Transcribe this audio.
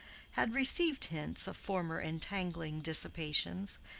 had received hints of former entangling dissipations,